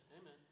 amen